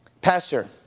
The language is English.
Pastor